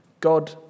God